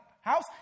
house